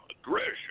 Aggression